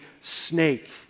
snake